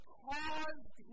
caused